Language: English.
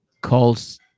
calls